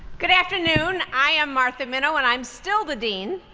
good afternoon. i am martha minow and i am still the dean.